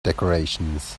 decorations